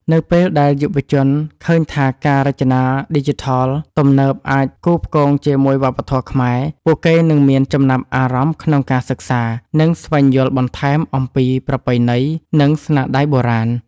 នៅពេលដែលយុវជនឃើញថាការរចនាឌីជីថលទំនើបអាចផ្គូផ្គងជាមួយវប្បធម៌ខ្មែរ ពួកគេនឹងមានចំណាប់អារម្មណ៍ក្នុងការសិក្សា និងស្វែងយល់បន្ថែមអំពីប្រពៃណី និងស្នាដៃបុរាណ។